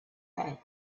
had